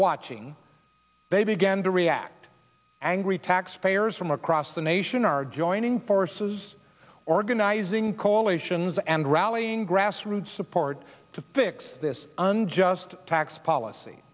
watching they began to react angry taxpayers from across the nation are joining forces organizing coalitions and rallying grassroots support to fix this and just tax policy